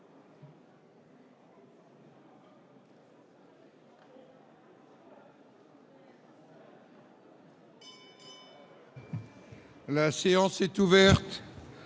La séance est ouverte.